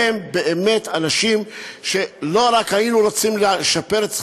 והם באמת אנשים שלא רק היינו רוצים לשפר את שכרם,